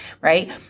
Right